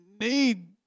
need